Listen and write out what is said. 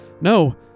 no